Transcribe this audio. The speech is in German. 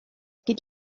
geht